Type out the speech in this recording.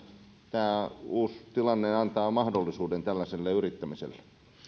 tämä uusi tilanne antaa mahdollisuuden tällaiselle yrittämiselle